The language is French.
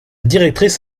directrice